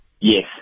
Yes